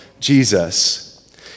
Jesus